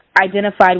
identified